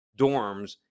dorms